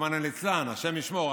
רחמנא ליצלן, השם ישמור.